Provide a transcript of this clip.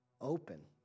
open